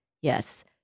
yes